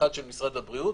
האחד של משרד הבריאות,